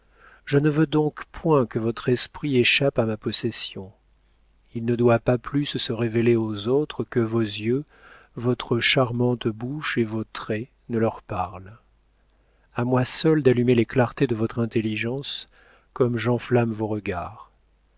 je ne veux donc point que votre esprit échappe à ma possession il ne doit pas plus se révéler aux autres que vos yeux votre charmante bouche et vos traits ne leur parlent a moi seule d'allumer les clartés de votre intelligence comme j'enflamme vos regards